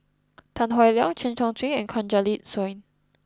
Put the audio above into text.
Tan Howe Liang Chen Chong Swee and Kanwaljit Soin